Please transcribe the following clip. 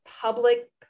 public